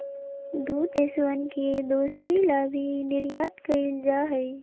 दु देशवन के दोस्ती ला भी निर्यात कइल जाहई